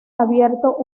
abierto